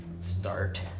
start